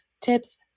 tips